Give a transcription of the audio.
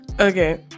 Okay